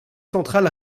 central